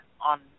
on